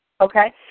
Okay